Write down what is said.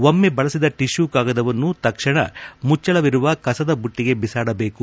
ಒಮ್ನೆ ಬಳಸಿದ ಟೆಷ್ನೂ ಕಾಗದವನ್ನು ತಕ್ಷಣ ಮುಚ್ಲಳವಿರುವ ಕಸದ ಬುಟ್ಟಿಗೆ ಬಿಸಾಡಬೇಕು